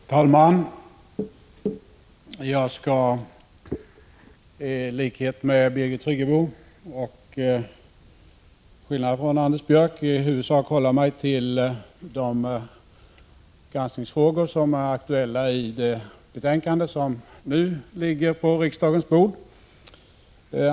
Herr talman! Jag skall i likhet med Birgit Friggebo och till skillnad från Anders Björck i huvudsak hålla mig till de granskningsfrågor som är aktuella i det granskningsbetänkande som nu ligger på riksdagens bord.